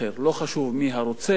לא חשוב מי הרוצח,